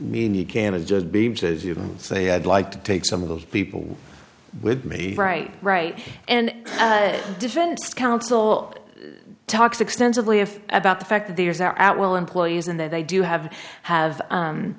mean you can adjust beams as you say i'd like to take some of those people with me right right and defense counsel talks extensively if about the fact that there's are at will employees and they do have have